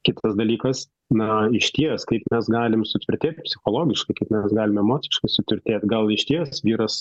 kitas dalykas na išties kaip mes galim sutvirtėti psichologiškai kaip mes galim emociškai sutvirtėt gal išties vyras